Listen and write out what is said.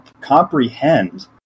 comprehend